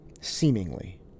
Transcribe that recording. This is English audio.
seemingly